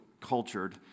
cultured